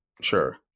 Sure